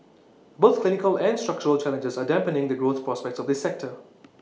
both cyclical and structural challenges are dampening the growth prospects of this sector